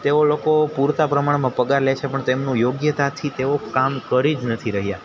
તેઓ લોકો પૂરતા પ્રમાણમાં પગાર લે છે પણ તેમનું યોગ્યતાથી તેઓ કામ કરી જ નથી રહ્યાં